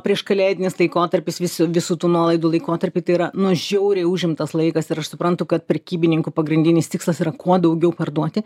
prieškalėdinis laikotarpis visi visų tų nuolaidų laikotarpiai tai yra nu žiauriai užimtas laikas ir aš suprantu kad prekybininkų pagrindinis tikslas yra kuo daugiau parduoti